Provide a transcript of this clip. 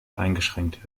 eingeschränkt